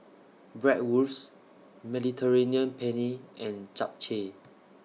Bratwurst Mediterranean Penne and Japchae